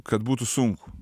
kad būtų sunku